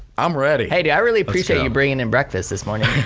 i'm ready. hey, i really appreciate you bringing and breakfast this morning